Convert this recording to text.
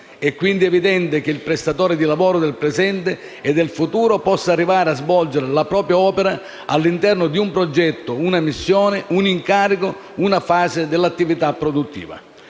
È quindi evidente che il prestatore di lavoro del presente e del futuro possa arrivare a svolgere la propria opera all’interno di un progetto, una missione, un incarico, una fase dell’attività produttiva.